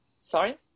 Sorry